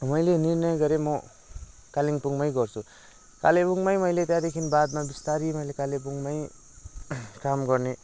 अनि मैले निर्णय गरेँ म कालिम्पोङ्गमै गर्छु कालिम्पोङ्गमै मैले त्यहाँदेखि बादमा बिस्तारी कालिम्पोङ्गमै काम गर्ने